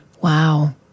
Wow